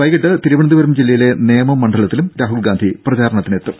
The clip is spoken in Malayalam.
വൈകീട്ട് തിരുവനന്തപുരം ജില്ലയിലെ നേമം മണ്ഡലത്തിലും രാഹുൽഗാന്ധി പ്രചാരണത്തിനെത്തും